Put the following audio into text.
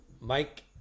Mike